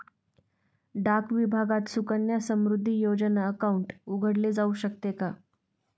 डाक विभागात सुकन्या समृद्धी योजना अकाउंट उघडले जाऊ शकते का?